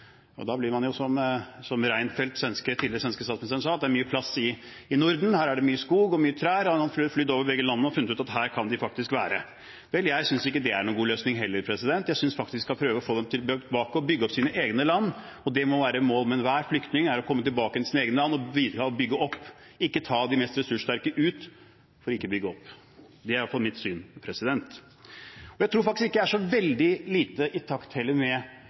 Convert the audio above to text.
Og da sier man som Reinfeldt, tidligere svensk statsminister, sa, at det er mye plass i Norden – her er det mye skog og mange trær. Han hadde flydd over to av landene og funnet ut at her kan de være. Vel, jeg synes heller ikke det er noen god løsning. Jeg synes vi skal prøve å få dem tilbake, slik at de kan bygge opp sitt eget land. Målet for enhver flyktning må være å komme tilbake igjen til sitt eget land og bidra med å bygge opp – ikke bringe de mest ressurssterke ut for ikke å bygge opp. Det er iallfall mitt syn. Jeg tror heller ikke jeg er så veldig lite i takt med